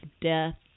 death